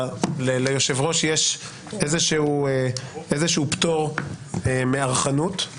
ליושב-ראש יש פטור מארכנות,